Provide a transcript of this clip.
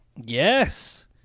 Yes